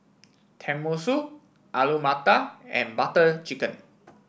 Tenmusu Alu Matar and Butter Chicken